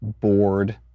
bored